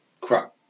crap